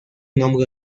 nombre